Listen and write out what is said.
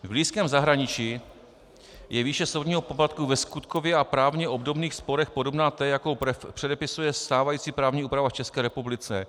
V blízkém zahraničí je výše soudního poplatku ve skutkově a právně obdobných sporech podobná té, jakou předepisuje stávající právní úprava v České republice.